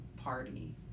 party